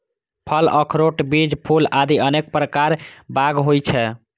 फल, अखरोट, बीज, फूल आदि अनेक प्रकार बाग होइ छै